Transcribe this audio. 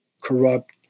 corrupt